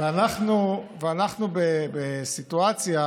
ואנחנו בסיטואציה